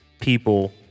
people